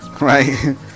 right